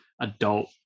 adult